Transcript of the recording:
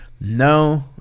No